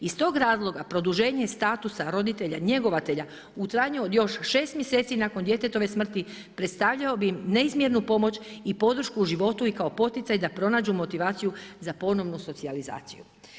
Iz tog razloga produženje statusa roditelja njegovatelja, u trajanju od još 6 mjeseci nakon djetetove smrti, predstavljao bi im neizmjernu pomoć i podršku u životu i kao poticaj da pronađu motivaciju za ponovnu socijalizaciju.